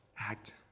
act